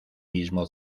mismo